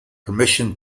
permission